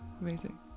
amazing